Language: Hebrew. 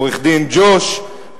עורך-דין ג'וש,